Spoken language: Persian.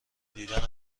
دیدن